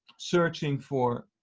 searching for